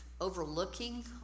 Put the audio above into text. overlooking